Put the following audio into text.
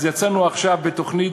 אז יצאנו עכשיו בתוכנית,